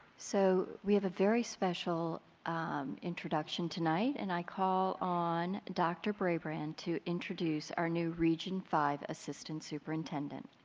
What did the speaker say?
so we have a very special introduction tonight and i call on dr. brabrand to introduce our new region five assistant superintendent.